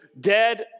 dead